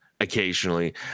occasionally